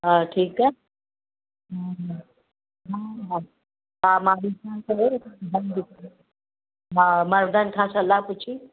हा ठीकु आहे हा हा मां बि हा मर्दनि खां सलाहु पुछी